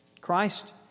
Christ